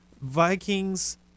Vikings